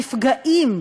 הנפגעים,